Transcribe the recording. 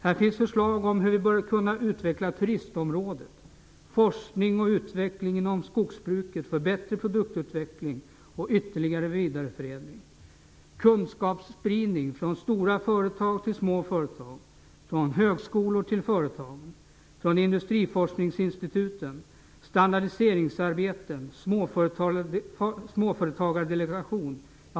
Här finns förslag om hur vi bör kunna utveckla turistområdet, forskning och utveckling inom skogsbruket för bättre produktutveckling och ytterligare vidareförädling samt kunskapsspridning från stora företag till små företag, från högskolor till företag och från industriforskningsinstituten, standardiseringsarbeten och småföretagardelegationer.